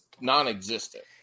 non-existent